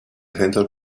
centro